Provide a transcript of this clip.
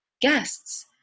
guests